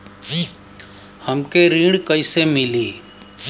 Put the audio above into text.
हमके ऋण कईसे मिली?